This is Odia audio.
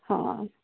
ହଁ